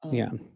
yeah.